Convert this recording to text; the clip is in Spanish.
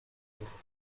burro